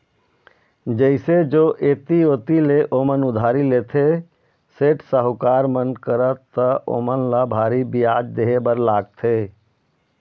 जइसे जो ऐती ओती ले ओमन उधारी लेथे, सेठ, साहूकार मन करा त ओमन ल भारी बियाज देहे बर लागथे